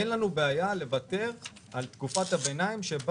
אין לנו בעיה לוותר על תקופת הביניים בה